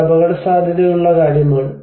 അത് അപകടസാധ്യതയുള്ള കാര്യമാണ്